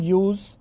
use